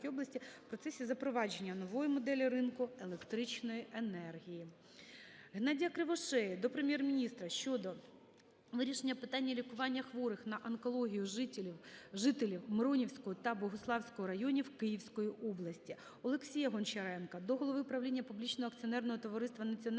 Геннадія Кривошеї до Прем'єр-міністра щодо вирішення питання лікування хворих на онкологію жителів Миронівського та Богуславського районів Київської області. Олексія Гончаренка до голови правління